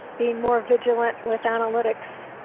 being more vigilant with analytics.